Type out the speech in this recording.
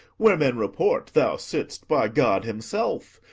where men report thou sitt'st by god himself?